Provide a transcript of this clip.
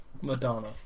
Madonna